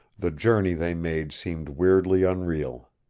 the journey they made seemed weirdly unreal.